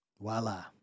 Voila